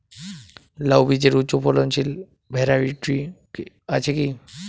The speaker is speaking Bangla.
লাউ বীজের উচ্চ ফলনশীল ভ্যারাইটি আছে কী?